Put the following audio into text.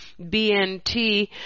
BNT